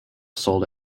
sold